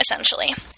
essentially